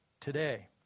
today